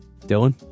Dylan